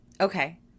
Okay